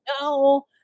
no